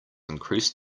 increased